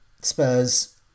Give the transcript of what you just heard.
Spurs